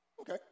Okay